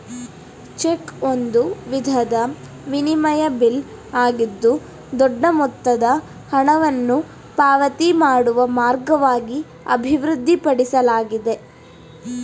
check ಒಂದು ವಿಧದ ವಿನಿಮಯ ಬಿಲ್ ಆಗಿದ್ದು ದೊಡ್ಡ ಮೊತ್ತದ ಹಣವನ್ನು ಪಾವತಿ ಮಾಡುವ ಮಾರ್ಗವಾಗಿ ಅಭಿವೃದ್ಧಿಪಡಿಸಲಾಗಿದೆ